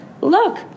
Look